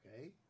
Okay